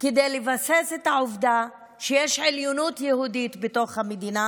לבסס את העובדה שיש עליונות יהודית בתוך המדינה